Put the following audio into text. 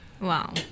Wow